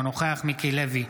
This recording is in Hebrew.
אינו נוכח מיקי לוי,